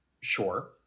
sure